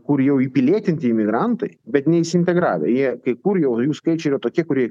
kur jau įpilietinti imigrantai bet neįsiintegravę jie kai kur jau jų skaičiai yra tokie kurie